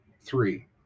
Three